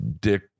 dick